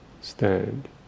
stand